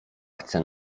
chce